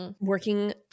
working